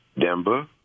Denver